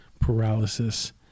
paralysis